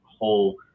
whole